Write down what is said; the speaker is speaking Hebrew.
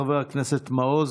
חבר הכנסת מעוז.